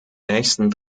nächsten